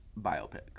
biopics